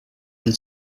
and